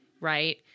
Right